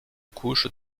couche